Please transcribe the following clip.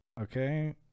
Okay